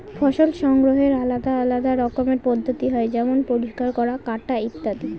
ফসল সংগ্রহের আলাদা আলদা রকমের পদ্ধতি হয় যেমন পরিষ্কার করা, কাটা ইত্যাদি